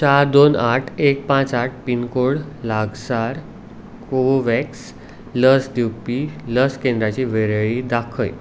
चार दोन आठ एक पांच आठ पिनकोड लागसार कोवोव्हॅक्स लस दिवपी लस केंद्राची वळेरी दाखय